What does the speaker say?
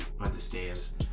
understands